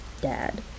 dad